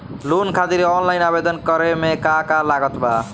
Loan खातिर offline आवेदन करे म का का लागत बा?